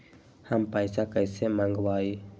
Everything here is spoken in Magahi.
हम पैसा कईसे मंगवाई?